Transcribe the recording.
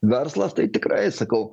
verslas tai tikrai sakau